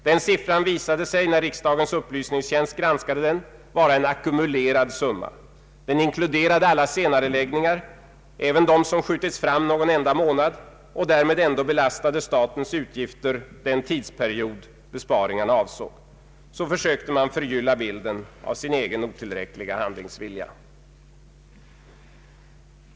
Den siffran visade sig, när riksdagens upplysningstjänst granskade den, vara en ackumulerad summa. Den inkluderade alla senareläggningar, även dem som skjutits fram någon enda månad och därmed ändå belastade statens utgifter den tidsperiod besparingarna avsåg. Så försökte man förgylla bilden av sin egen otillräckliga handlingsvilja.